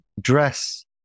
dress